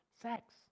sex